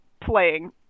playing